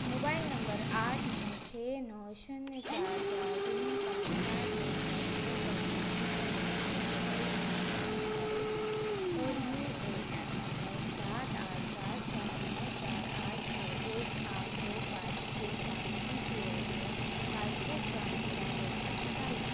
mobile number आठ नौ छः नौ शून्य चार चार तीन पाँच सात दो का उपयोग करके E P F O portal पर लॉगइन करें और यू ए एन नंबर सात आठ सात चार नौ चार आठ छः एक आठ दो पाँच के साथ E P F O passbook का मेरा बेलेंस निकालें